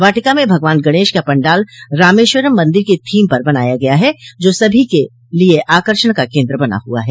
वाटिका में भगवान गणेश का पंडाल रामेश्वरम मंदिर की थीम पर बनाया गया है जो सभी के आकर्षण का केन्द बना हुआ है